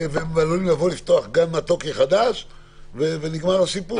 הם יכולים לבוא ולפתוח גן מתוק חדש ונגמר הסיפור.